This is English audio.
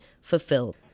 fulfilled